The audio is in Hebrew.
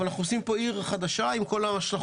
אבל אנחנו עושים פה עיר חדשה עם כל ההשלכות.